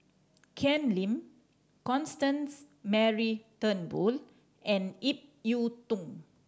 Ken Lim Constance Mary Turnbull and Ip Yiu Tung